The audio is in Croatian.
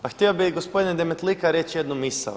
Pa htio bih gospodine Demetlika reći jednu misao.